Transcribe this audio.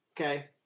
okay